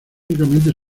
únicamente